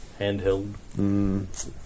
handheld